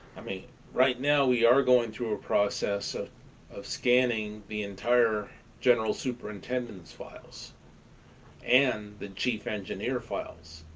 i mean right now we are going through a process ah of scanning the entire general superintendent's files and the chief engineer files,